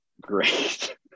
great